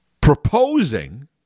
proposing